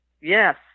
Yes